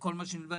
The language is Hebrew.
וכל מה שנלווה.